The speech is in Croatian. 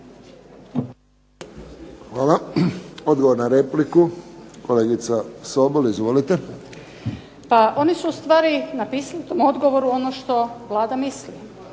Hvala. Odgovor na repliku, kolegica Sobol. Izvolite. **Sobol, Gordana (SDP)** Pa oni su ustvari napisali u tom odgovoru ono što Vlada misli.